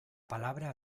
palabra